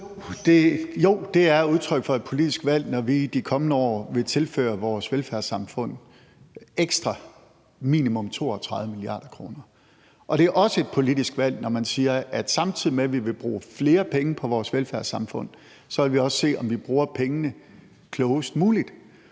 Jo, det er udtryk for et politisk valg, når vi de kommende år vil tilføre vores velfærdssamfund ekstra minimum 32 mia. kr., og det er også et politisk valg, når man siger, at samtidig med at vi vil bruge flere penge på vores velfærdssamfund, vil vi også se, om vi bruger pengene klogest muligt.